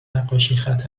نقاشیخط